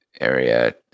area